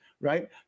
right